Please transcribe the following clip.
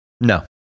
No